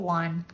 one